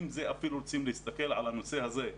אם רוצים אפילו להסתכל על הנושא הזה,